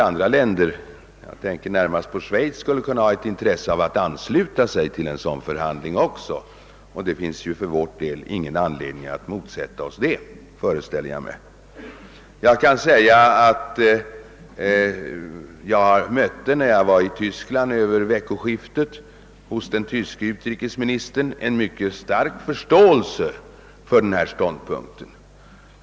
Andra länder — exempelvis Schweiz — skulle kunna ha intresse av att ansluta sig till en sådan förhandling, och jag föreställer mig att vi inte har någon anledning att motsätta oss att kretsen av samförhandlande länder vidgas. När jag under det senaste veckoskiftet besökte den tyske utrikesministern mötte jag en mycket stark förståelse för denna ståndpunkt.